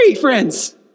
friends